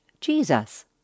Jesus